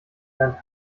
lernt